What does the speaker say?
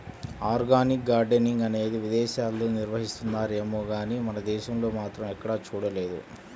organic gardening అనేది విదేశాల్లో నిర్వహిస్తున్నారేమో గానీ మన దేశంలో మాత్రం ఎక్కడా చూడలేదు